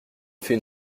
fait